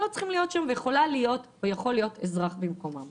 צורך שיהיו שם ואפשר להציב אזרח במקומם.